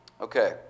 Okay